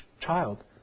child